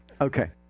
Okay